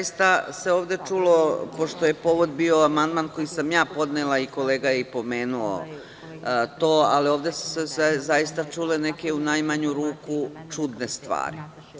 Zaista se ovde čulo, pošto je povod bio amandman koji sam ja podnela i kolega je pomenuo to, ali ovde su se zaista čule neke, u najmanju ruku, čudne stvari.